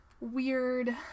weird